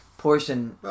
portion